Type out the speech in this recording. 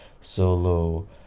solo